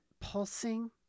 pulsing